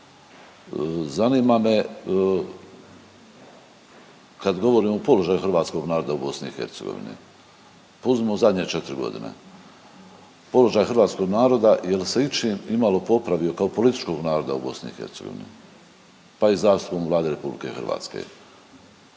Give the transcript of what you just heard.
Zanima me kad govorimo o položaju hrvatskog naroda u BiH pa uzmimo u zadnje četri godine, položaj hrvatskog naroda jel se ičim imalo popravio kao političkog naroda u BiH pa i zaslugom Vlade RH?